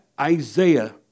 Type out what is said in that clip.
Isaiah